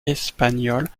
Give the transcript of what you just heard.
espagnole